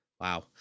Wow